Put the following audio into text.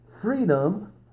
freedom